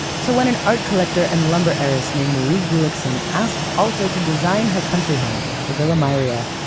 so when an art collector and lumber heiress named marie gulliksen asked aalto to design her country home, the villa mairea, yeah